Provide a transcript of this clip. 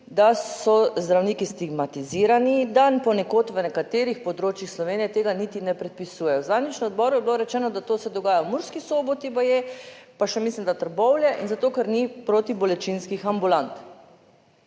da so zdravniki stigmatizirani, da ponekod v nekaterih področjih Slovenije tega niti ne predpisujejo. Zadnjič na odboru je bilo rečeno, da to se dogaja v Murski Soboti baje, pa še, mislim, da Trbovlje, in zato, ker ni protibolečinskih ambulant.